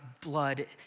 blood